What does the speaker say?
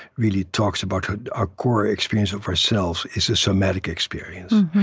really talks about a ah core ah experience of ourselves is a somatic experience,